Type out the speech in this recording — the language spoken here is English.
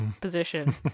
position